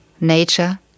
Nature